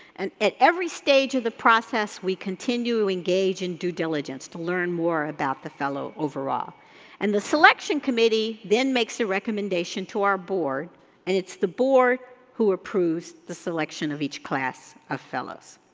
and at every stage of the process, we continue to engage in due diligence to learn more about the fellow overall and the selection committee then makes a recommendation to our board and it's the board who approves the selection of each class of fellows.